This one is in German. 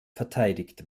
verteidigt